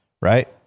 right